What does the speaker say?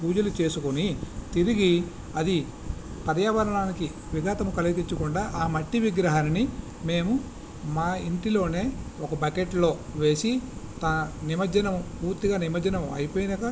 పూజలు చేసుకొని తిరిగి అది పర్యావరణానికి విఘాతం కలిగించకుండా ఆ మట్టి విగ్రహాన్ని మేము మా ఇంటిలోనే ఒక బకెట్లో వేసి నిమజ్జనం పూర్తిగా నిమజ్జనం అయిపోయాక